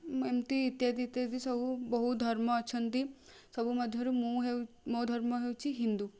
ଏମିତି ଇତ୍ୟାଦି ଇତ୍ୟାଦି ସବୁ ବହୁତ ଧର୍ମ ଅଛନ୍ତି ସବୁ ମଧ୍ୟରୁ ମୁଁ ମୋ ଧର୍ମ ହେଉଛି ହିନ୍ଦୁ